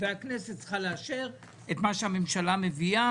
והכנסת צריכה לאשר את מה שהממשלה מביאה?